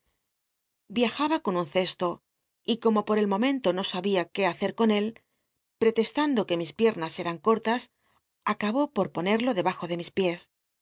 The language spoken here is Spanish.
viajaba con tlll ccsln y omo por el momento no sabia qué hacer de él pretestando que mis piernas eran cortas acabó por poncl'lo debajo de mis piés